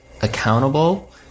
accountable